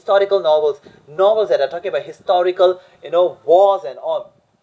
torical~ novels novels that are talking about historical you know wars and all